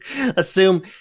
assume